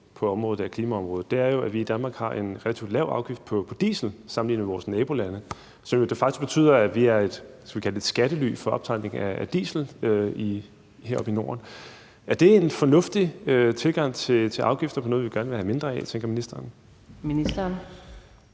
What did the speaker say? på klimaområdet, er jo, at vi i Danmark har en relativt lav afgift på diesel sammenlignet med vores nabolande, som de facto betyder, at vi er et, skal vi kalde det skattely for optankning af diesel heroppe i Norden. Tænker ministeren, at det er en fornuftig tilgang til afgifter på noget, vi gerne vil have mindre af? Kl. 17:36 Fjerde